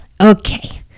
Okay